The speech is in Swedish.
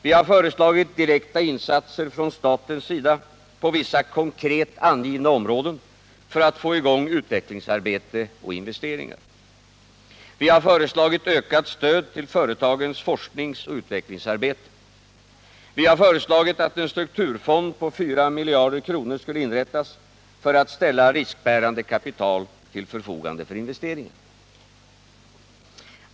Vi har föreslagit direkta insatser från statens sida på vissa konkret angivna områden för att få i gång utvecklingsarbete och investeringar. Vi har föreslagit ökat stöd till företagens forskningsoch utvecklingsarbete. Vi har föreslagit att en strukturfond på 4 miljarder kronor skulle inrättas för att ställa riskbärande kapital till förfogande för investeringar.